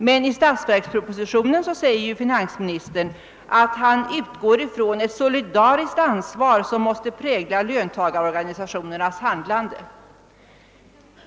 Men i statsverkspropositionen säger finansministern, att han utgår ifrån att ett solidariskt ansvar måste prägla löntagarorganisationernas handlande.